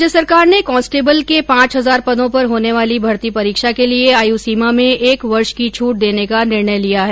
राज्य सरकार ने कांस्टेबल के पांच हजार पदों पर होने वाली भर्ती परीक्षा के लिए आयु सीमा में एक वर्ष की छूट देने का निर्णय लिया है